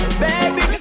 baby